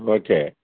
okay